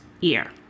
year